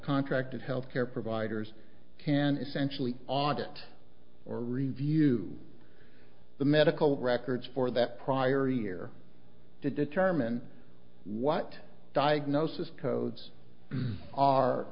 contracted health care providers can essentially audit or review the medical records for that prior year to determine what diagnosis codes are